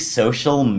social